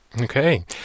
Okay